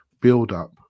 build-up